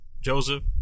Joseph